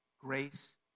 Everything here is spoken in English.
grace